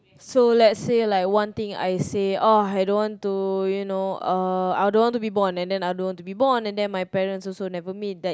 so let's say like one thing I say oh I don't want to you know uh I don't want to be born and then I don't want to be born and then my parents also never meet that